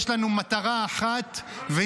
יש לנו מטרה אחת -- לא להתרגש מהחוק.